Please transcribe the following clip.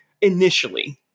initially